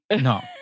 No